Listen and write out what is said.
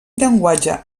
llenguatge